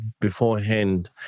beforehand